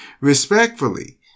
Respectfully